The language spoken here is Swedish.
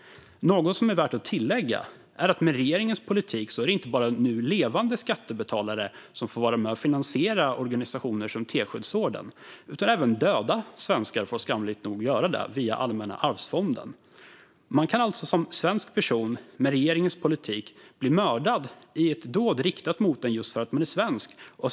Något som är värt att tillägga är att det med regeringens politik inte är bara nu levande skattebetalare som får vara med och finansiera organisationer som Teskedsorden, utan även döda svenskar får skamligt nog göra det via Allmänna Arvsfonden. Man kan alltså som svensk person med regeringens politik bli mördad i ett dåd riktat mot en just för att man är svensk.